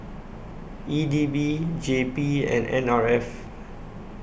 E D B J P and N R F